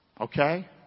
Okay